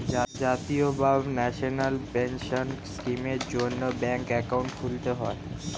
জাতীয় বা national pension স্কিমের জন্যে ব্যাঙ্কে অ্যাকাউন্ট খুলতে হয়